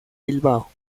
bilbao